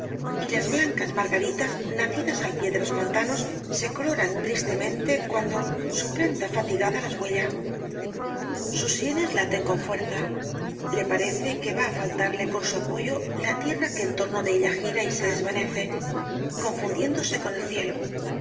y las blancas margaritas nacidas al pie de los pantanos se coloran tristemente cuando su planta fatigada las huella sus sienes laten con fuerza le parece que va á faltarle con su apoyo la tierra que en torno de ella gira y se desvanece confundiéndose con el cielo